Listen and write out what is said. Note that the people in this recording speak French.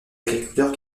agriculteurs